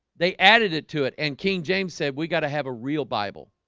they added it to it and king james said we got to have a real bible